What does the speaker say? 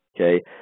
Okay